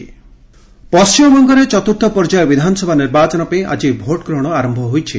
election ପଣ୍ଟିମବଙ୍ଗରେ ଚତୁର୍ଥ ପର୍ଯ୍ୟାୟ ବିଧାନସଭା ନିର୍ବାଚନ ପାଇଁ ଆଜି ଭୋଟଗ୍ରହଣ ଆରମ୍ଭ ହୋଇଛି